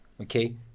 okay